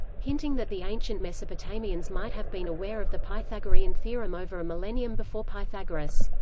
hinting that the ancient mesopotamians might have been aware of the pythagorean theorem over a millennium before pythagoras.